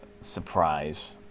surprise